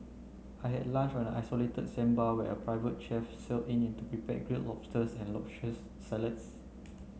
I had lunch on an isolated sandbar where a private chef sail in to prepare grill lobsters and luscious salads